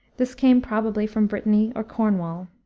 this came probably from brittany or cornwall.